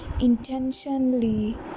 intentionally